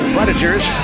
Predators